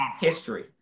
history